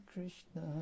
Krishna